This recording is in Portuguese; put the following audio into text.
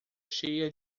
cheia